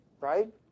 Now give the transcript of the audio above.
Right